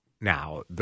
now